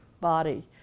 body